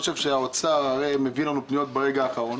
האוצר הרי מביא לנו פניות ברגע האחרון.